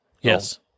Yes